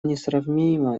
несравнима